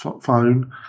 phone